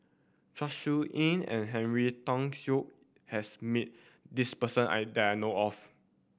Chong Siew Ying and Henry Tan Yoke has meet this person I that I know of